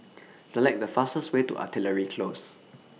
Select The fastest Way to Artillery Close